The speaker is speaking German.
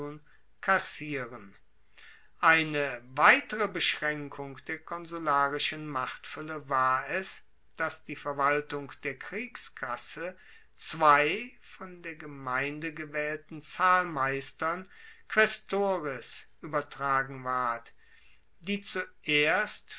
kassieren eine weitere beschraenkung der konsularischen machtfuelle war es dass die verwaltung der kriegskasse zwei von der gemeinde gewaehlten zahlmeistern quaestores uebertragen ward die zuerst